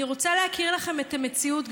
אני רוצה להכיר לכם את המציאות,